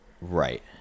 right